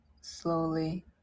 slowly